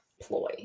ploy